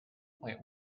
point